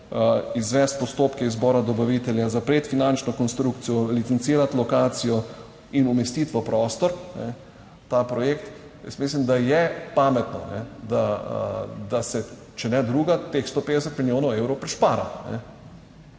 izvesti postopke izbora dobavitelja, zapreti finančno konstrukcijo, licencirati lokacijo in umestiti v prostor ta projekt, jaz mislim, da je pametno, da se, če ne, drugega teh 150 milijonov evrov prišpara,